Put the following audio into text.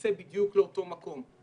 נצא בדיוק לאותו מקום?